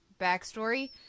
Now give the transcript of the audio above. backstory